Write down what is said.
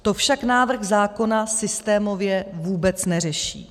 To však návrh zákona systémově vůbec neřeší.